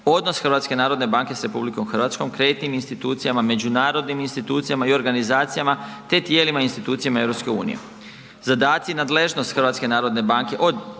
odnos HNB-a sa RH, kreditnim institucijama, međunarodnim institucijama i organizacijama te tijela i institucijama EU-a, zadaci i nadležnost HNB-a od